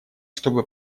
чтобы